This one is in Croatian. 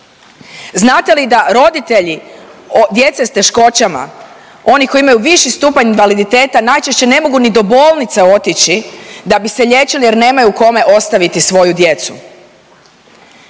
Znate li da roditelji djece s teškoćama, oni koji imaju viši stupanj invaliditeta najčešće ne mogu ni do bolnice otići da bi se liječili jer nemaju kome ostaviti svoju djecu?